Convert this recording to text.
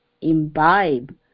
imbibe